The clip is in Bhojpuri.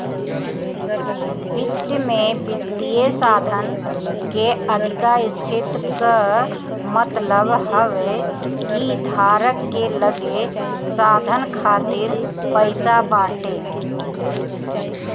वित्त में वित्तीय साधन के अधिका स्थिति कअ मतलब हवे कि धारक के लगे साधन खातिर पईसा बाटे